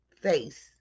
face